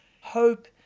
hope